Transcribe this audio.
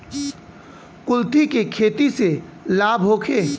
कुलथी के खेती से लाभ होखे?